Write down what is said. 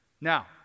Now